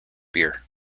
beer